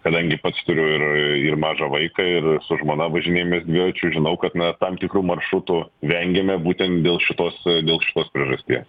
kadangi pats turiu ir ir mažą vaiką ir su žmona važinėjamės dviračiu žinau kad na tam tikrų maršrutų vengiame būtent dėl šitos dėl šitos priežasties